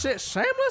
shameless